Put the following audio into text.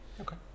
Okay